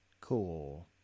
Cool